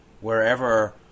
wherever